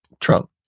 trump